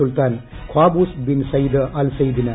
Sultan Qaboos bin Said al സെയ്ദിന്